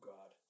God